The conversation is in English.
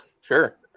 sure